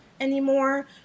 anymore